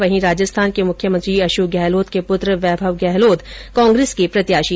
वहीं राजस्थान के मुख्यमंत्री अशोक गहलोत के पुत्र वैभव गहलोत कांग्रेस के प्रत्याशी है